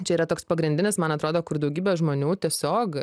čia yra toks pagrindinis man atrodo kur daugybė žmonių tiesiog